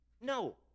No